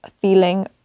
feeling